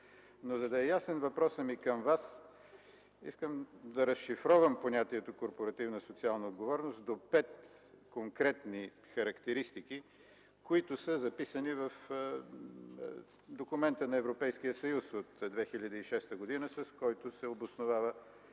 За да е ясен въпросът ми към Вас, искам да разшифровам понятието „корпоративна социална отговорност” в пет конкретни характеристики, които са записани в документа на Европейския съюз от 2006 г., с който се обосновава